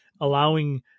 allowing